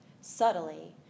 subtly